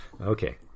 Okay